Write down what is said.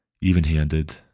even-handed